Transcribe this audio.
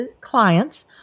clients